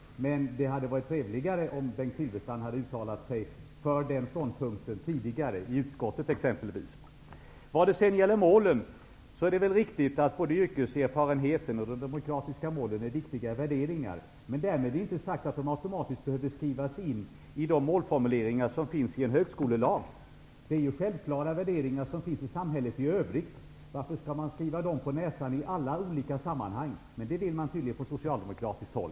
Men det hade varit trevligare om han hade uttalat sig för den ståndpunkten tidigare, exempelvis i utskottet. Vad sedan gäller målen är det riktigt att både yrkeserfarenheten och de demokratiska målen är viktiga värderingar. Men därmed inte sagt att de automatiskt behöver skrivas in i målformuleringarna i högskolelagen. Det är självklara värderingar som finns i samhället i övrigt -- varför skall man skriva dem på näsan i alla olika sammanhang? Det vill man tydligen på socialdemokratiskt håll.